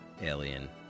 alien